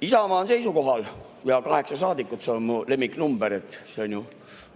Isamaa on seisukohal ja kaheksa saadikut – see on mu lemmiknumber, see on ju